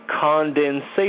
condensation